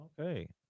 okay